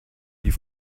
die